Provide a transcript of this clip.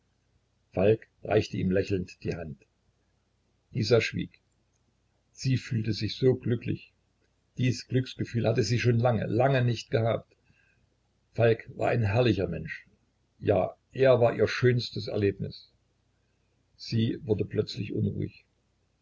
falk reichte ihm lächelnd die hand isa schwieg sie fühlte sich so glücklich dies glücksgefühl hatte sie schon lange lange nicht gehabt falk war ein herrlicher mensch ja er war ihr schönstes erlebnis sie wurde plötzlich unruhig